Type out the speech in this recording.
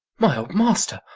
my old master!